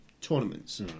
tournaments